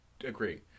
agree